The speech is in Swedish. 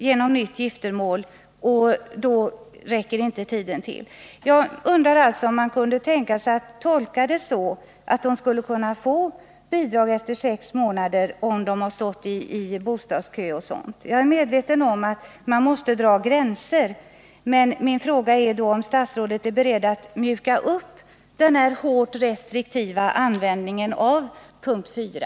Även i det fallet kan det vara så, att tiden inte räcker till. Jag undrar alltså om man kan tänka sig att tolka bestämmelserna så, att de värnpliktiga får bidrag efter sex månader, om de har stått i bostadskö. Jag är medveten om att man måste dra gränser, men jag vill fråga statsrådet om han är beredd att mjuka upp den hårt restriktiva tillämpningen av punkt 4.